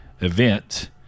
event